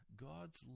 God's